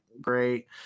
great